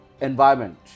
environment